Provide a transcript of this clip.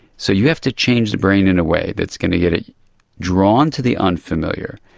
so you have to change the brain in a way that's going to get it drawn to the unfamiliar,